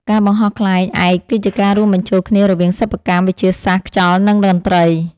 ការបង្ហោះខ្លែងឯកគឺជាការរួមបញ្ចូលគ្នារវាងសិប្បកម្ម វិទ្យាសាស្ត្រខ្យល់ និងតន្ត្រី។